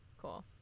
Cool